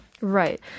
Right